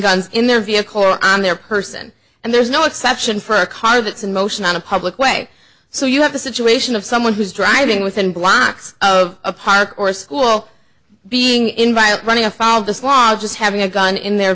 guns in their vehicle on their person and there's no exception for a car that's in motion on a public way so you have a situation of someone who's driving within blocks of a park or school being invited running afoul of the law or just having a gun in their